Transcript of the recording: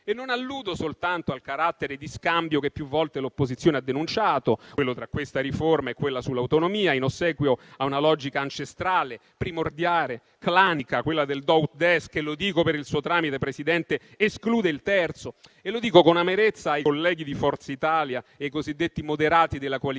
E non alludo soltanto al carattere di scambio che più volte l'opposizione ha denunciato, quello tra questa riforma e quella sull'autonomia, in ossequio a una logica ancestrale, primordiale, clanica, quella del *do ut des* che - lo dico per il suo tramite, signor Presidente - esclude il terzo. Lo dico con amarezza ai colleghi di Forza Italia e ai cosiddetti moderati della coalizione